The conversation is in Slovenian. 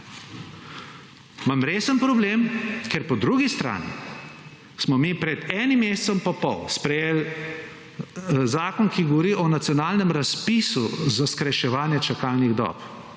Imam resen problem, ker po drugi strani smo mi pred enim mesecem pa pol sprejeli zakon, ki govori o nacionalnem razpisu za skrajševanje čakalnih dob,